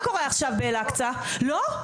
לא.